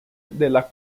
della